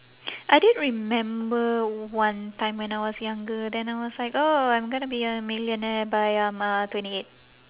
I did remember one time when I was younger then I was like oh I'm gonna be a millionaire by um uh twenty eight